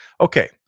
Okay